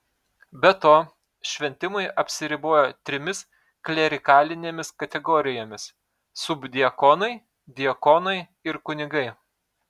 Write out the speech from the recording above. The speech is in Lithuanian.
be to šventimai apsiribojo trimis klerikalinėmis kategorijomis subdiakonai diakonai ir kunigai